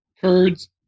Kurds